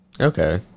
Okay